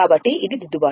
కాబట్టి ఇది దిద్దుబాటు